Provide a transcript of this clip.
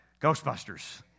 Ghostbusters